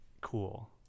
Cool